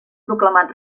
proclamat